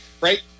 right